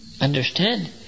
understand